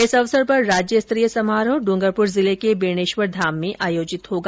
इस अवसर पर राज्य स्तरीय समारोह डूंगरपुर जिले के बेणेश्वर धाम में आयोजित होगा